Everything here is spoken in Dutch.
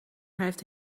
heeft